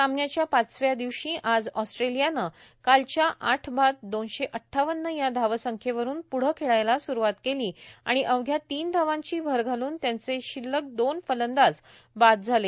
सामन्याच्या पाचव्या दिवशी आज ऑस्ट्रेलियानं कालच्या आठ बाद दोनशे अड्डावन्न या धावसंख्येवरून प्ढे खेळायला स्रुवात केली आणि अवघ्या तीन धावांची भर घालून त्यांचे शिल्लक दोन फलंदाज बाद झाले